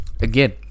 again